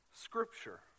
Scripture